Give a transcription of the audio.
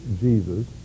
jesus